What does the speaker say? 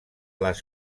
les